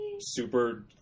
Super